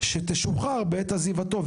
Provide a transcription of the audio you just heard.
שתשוחרר בעת עזיבתו.